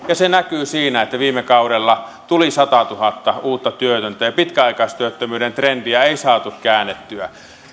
ja se näkyy siinä että viime kaudella tuli satatuhatta uutta työtöntä ja pitkäaikaistyöttömyyden trendiä ei saatu käännettyä